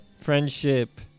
Friendship